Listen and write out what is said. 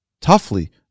Toughly